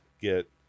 get